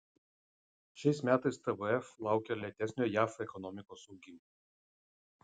šiais metais tvf laukia lėtesnio jav ekonomikos augimo